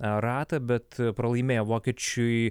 ratą bet pralaimėjo vokiečiui